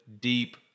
deep